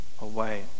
away